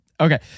Okay